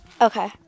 Okay